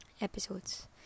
episodes